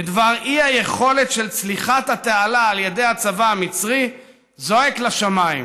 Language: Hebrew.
בדבר אי-היכולת של הצבא המצרי לצלוח את התעלה זועק לשמיים.